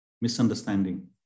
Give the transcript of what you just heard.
Misunderstanding